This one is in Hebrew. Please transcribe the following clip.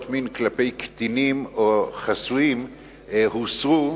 מין כלפי קטינים או חסויים הוסרו,